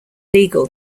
legal